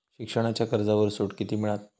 शिक्षणाच्या कर्जावर सूट किती मिळात?